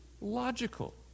logical